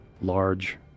large